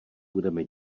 budeme